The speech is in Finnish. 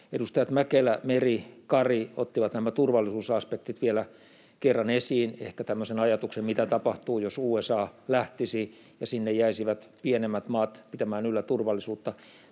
Edustajat Mäkelä, Meri ja Kari ottivat nämä turvallisuusaspektit vielä kerran esiin, ehkä tämmöisen ajatuksen, mitä tapahtuisi, jos USA lähtisi ja sinne jäisivät pienemmät maat pitämään yllä turvallisuutta: